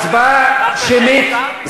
הצבעה שמית.